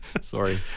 Sorry